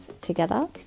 together